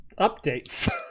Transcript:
updates